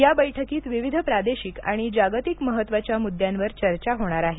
या बैठकीत विविध प्रादेशिक आणि जागतिक महत्वाच्या मुद्द्यावर चर्चा होणार आहे